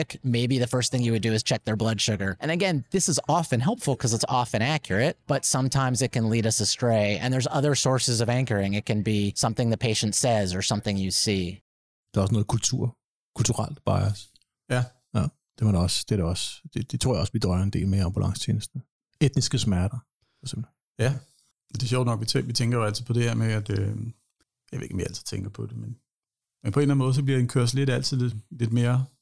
maybe the first thing you would do is check their blood sugar. And again, this is often helpful 'cause it's often accurate, but sometimes it can lead us astray. And there's other sources of anchoring. It can be something the patient says or something you see. Der er også noget kultur- kulturelt bias. Ja. Ja, det er man også- det er der også- det- det tror jeg også, vi drøjer en del med i ambulancetjenesten. Etniske smerter, for eksempel. Ja. Det er sjovt nok, vi tæ- vi tænker jo altid på det her med, at, øhm, jeg ved ikke, om vi altid tænker på det, men- men på en eller anden måde, så bliver en kørsel lidt altid lidt- lidt mere-